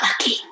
lucky